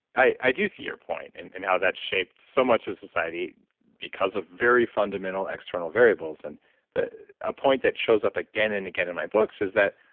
i do see your point, and and how that shaped so much of society because of very fundamental external variables. and a ah point that shows up again and again in my books is that,